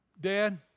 Dad